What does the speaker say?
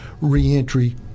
reentry